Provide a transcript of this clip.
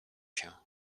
się